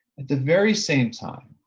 at the very same time,